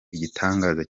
igitangaza